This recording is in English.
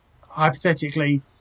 hypothetically